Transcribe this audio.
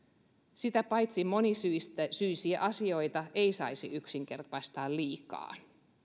sitä paitsi monisyisiä asioita ei saisi yksinkertaistaa liikaa